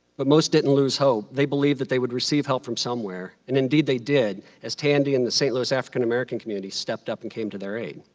but most didn't lose hope. they believed that they would receive help from somewhere. and indeed, they did as tandy and the st. louis african american community stepped up and came to their aid.